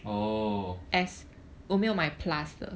orh